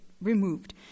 removed